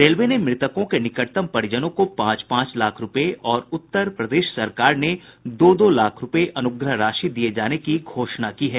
railway ने मृतकों के निकटतम परिजनों को पांच पांच लाख रूपये और उत्तर प्रदेश सरकार ने दो दो लाख रूपये अनुग्रह राशि दिये जाने की घोषणा की है